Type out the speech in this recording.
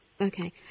Okay